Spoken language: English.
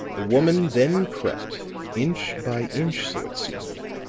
the woman then crept inch by inch, so it seemed,